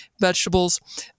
vegetables